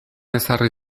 ezarri